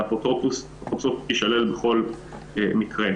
והאפוטרופסות תישלל בכל מקרה.